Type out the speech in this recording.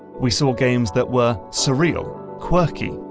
we saw games that were surreal, quirky,